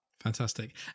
Fantastic